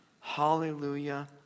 Hallelujah